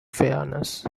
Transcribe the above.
fairness